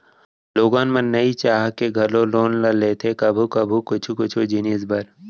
लोगन मन नइ चाह के घलौ लोन ल लेथे कभू कभू कुछु कुछु जिनिस बर